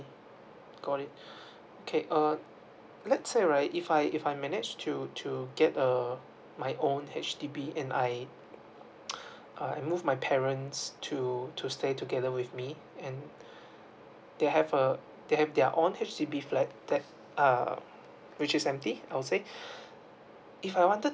got it okay uh let's say right if I if I manage to to get um my own H_D_B and I err I move my parents to to stay together with me and they have a they have their own H_D_B flat that uh which is empty I'll say if I wanted